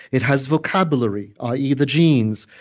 it has vocabulary, ah ie the genes.